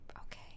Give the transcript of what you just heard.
Okay